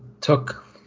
took